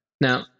now